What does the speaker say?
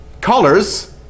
colors